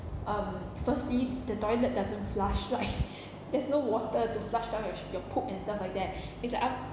um firstly the toilet doesn't flush like there's no water to flush down your your poop and stuff like that it's like af~